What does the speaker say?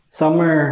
summer